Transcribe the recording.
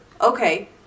Okay